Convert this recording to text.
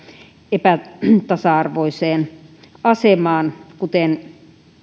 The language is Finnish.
epätasa arvoiseen asemaan kuten